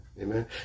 Amen